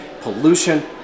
pollution